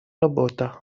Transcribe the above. работа